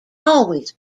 always